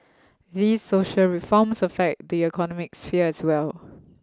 these social reforms affect the economic sphere as well